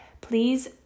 please